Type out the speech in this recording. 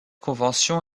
convention